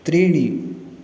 त्रीणि